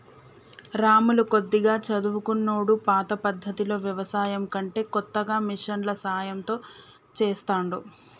రాములు కొద్దిగా చదువుకున్నోడు పాత పద్దతిలో వ్యవసాయం కంటే కొత్తగా మిషన్ల సాయం తో చెస్తాండు